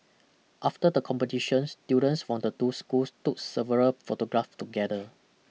after the competitions students from the two schools took several photographs together